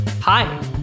Hi